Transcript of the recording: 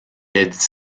est